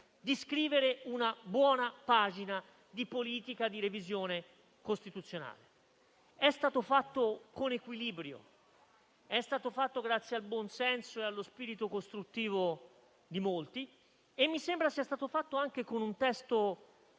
di scrivere una buona pagina di politica di revisione costituzionale. È stato fatto con equilibrio, grazie al buon senso e allo spirito costruttivo di molti e mi sembra sia stato fatto anche con un testo